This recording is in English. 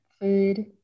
food